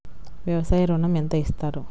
వ్యవసాయ ఋణం ఎంత ఇస్తారు?